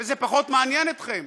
זה פחות מעניין אתכם.